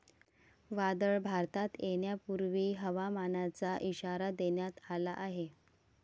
वादळ भारतात येण्यापूर्वी हवामानाचा इशारा देण्यात आला आहे